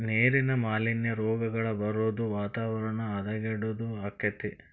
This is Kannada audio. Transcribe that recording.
ನೇರಿನ ಮಾಲಿನ್ಯಾ, ರೋಗಗಳ ಬರುದು ವಾತಾವರಣ ಹದಗೆಡುದು ಅಕ್ಕತಿ